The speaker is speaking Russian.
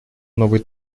новый